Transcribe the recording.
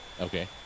Okay